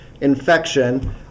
infection